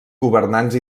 governants